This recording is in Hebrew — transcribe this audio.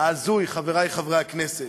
ההזוי, חברי חברי הכנסת,